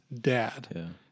dad